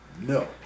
No